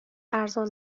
ارزان